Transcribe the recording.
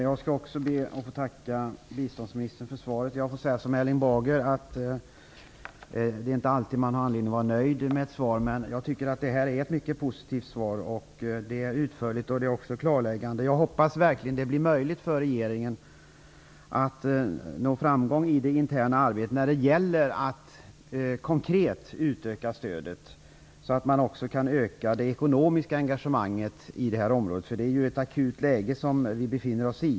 Fru talman! Också jag vill tacka biståndsministern för svaret. Det är inte alltid man har anledning att vara nöjd med ett svar, men det här är ett mycket positivt svar - det är utförligt, och det är också klarläggande. Jag hoppas verkligen att det blir möjligt för regeringen att nå framgång i det interna arbetet med att konkret utöka stödet, så att man också kan öka det ekonomiska engagemanget i området. Läget är ju nu akut.